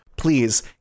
Please